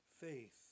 faith